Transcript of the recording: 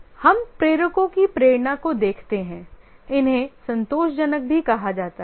हम प्रेरकों की प्रेरणा को देखते हैं इन्हें संतोषजनक भी कहा जाता है